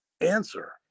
answer